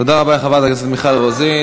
תודה רבה לחברת הכנסת מיכל רוזין.